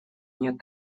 нет